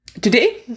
Today